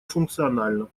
функциональна